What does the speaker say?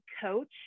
coach